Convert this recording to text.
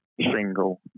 single